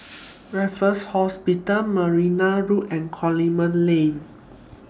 Raffles Hospital Marne Road and Coleman Lane